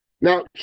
Now